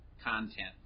content